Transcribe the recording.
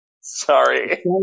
Sorry